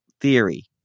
theory